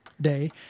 day